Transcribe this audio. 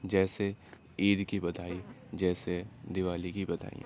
جیسے عید کی بدھائی جیسے دیوالی کی بدھائیاں